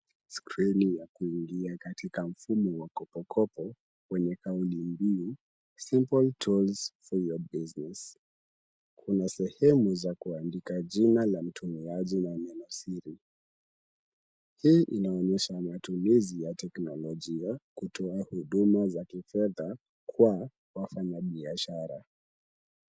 Skrini ya kuingia katika mfumo wa Kopo Kopo wenye kauli mbiu simple tools for your business . Kuna sehemu za kuandika jina la mtumiaji na neno siri. Hii inaonyesha matumizi ya teknolojia kutoa huduma za kifedha kwa wafanya biashara.